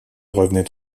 revenaient